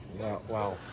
Wow